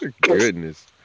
Goodness